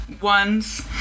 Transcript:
ones